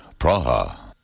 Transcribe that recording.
Praha